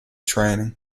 training